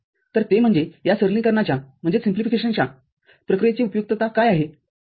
तर ते म्हणजे या सरलीकरणाच्या प्रक्रियेची उपयुक्तता काय आहे